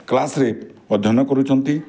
କ୍ଲାସ୍ରେ ଅଧ୍ୟୟନ କରୁଛନ୍ତି